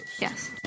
Yes